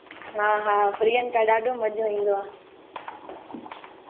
हा हा प्रियंका ॾाढो मज़ो ईंदो आहे